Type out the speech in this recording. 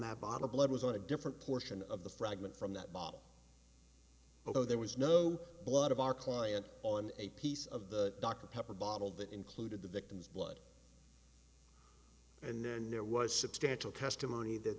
the bottom blood was on a different portion of the fragment from that ball although there was no blood of our client on a piece of the dr pepper bottle that included the victim's blood and then there was substantial testimony that